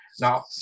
Now